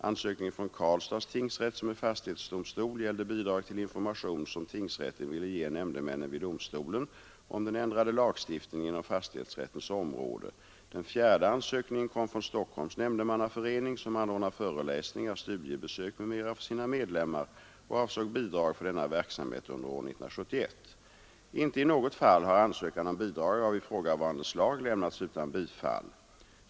Ansökningen från Karlstads tingsrätt, som är fastighetsdomstol, gällde bidrag till information som tingsrätten ville ge nämndemännen vid domstolen om den ändrade lagstiftningen inom fastighetsrättens område. Den fjärde ansökningen kom från Stockholms nämndemannaförening, som anordnar föreläsningar, studiebesök m.m. för sina medlemmar, och avsåg bidrag för denna verksamhet under år 1971. Inte i något fall har ansökan om bidrag av ifrågavarande slag lämnats utan bifall.